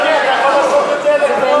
לצאת.